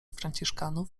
franciszkanów